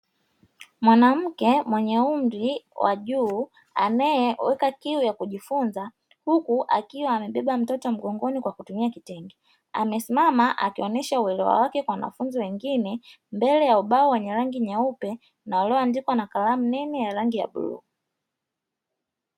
Mwanamke mwenye umri wa juu, anayeweka kiu ya kujifunza, huku akiwa amembeba mtoto mgongoni kwa kutumia kitenge. Amesimama akionesha uelewa wake kwa wanafunzi wengine, mbele ya ubao wenye rangi nyeupe na ulioandikwa na kalamu nene ya rangi ya bluu.